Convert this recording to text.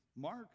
Mark